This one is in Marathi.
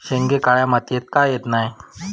शेंगे काळ्या मातीयेत का येत नाय?